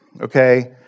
okay